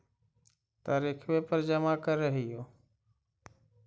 तरिखवे पर जमा करहिओ?